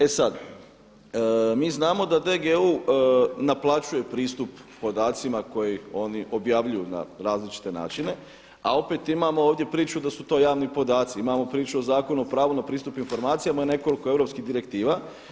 E sad mi znamo DGU naplaćuje pristup podacima koje oni objavljuju na različite načine, a opet imamo ovdje priču da su to javni podaci, imamo priču o Zakonu o pravu na pristup informacijama i nekoliko europskih direktiva.